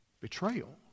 betrayal